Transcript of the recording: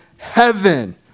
heaven